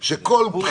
אם זה יהפוך